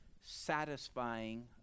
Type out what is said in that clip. satisfying